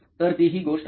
तर ती ही गोष्ट आहे